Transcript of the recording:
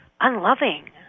Unloving